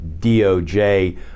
DOJ